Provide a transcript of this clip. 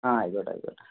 ആ ആയിക്കോട്ടെ ആയിക്കോട്ടെ